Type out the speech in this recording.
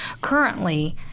currently